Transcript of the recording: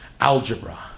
algebra